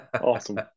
Awesome